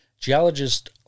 Geologist